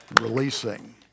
releasing